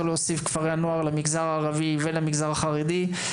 להוסיף כפרי נוער למגזר הערבי ולמגזר החרדי.